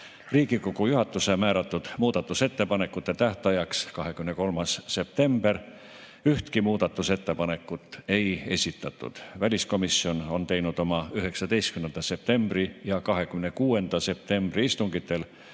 Kunnas. Riigikogu juhatuse määratud muudatusettepanekute tähtajaks, 23. septembriks ühtki muudatusettepanekut ei esitatud. Väliskomisjon on teinud oma 19. septembri ja 26. septembri istungitel